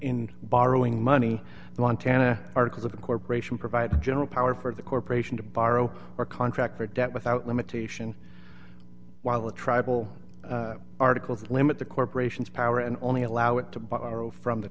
in borrowing money the montana articles of the corporation provide general power for the corporation to borrow or contract for debt without limitation while the tribal articles limit the corporation's power and only allow it to borrow from the